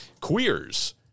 queers